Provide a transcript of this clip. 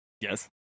Yes